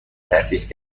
تأسیس